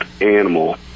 animal